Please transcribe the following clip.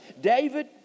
David